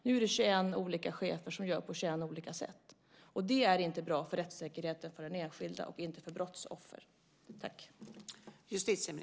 Nu är det 21 olika chefer som gör på 21 olika sätt. Det är inte bra för rättssäkerheten, för den enskilde eller för brottsoffren.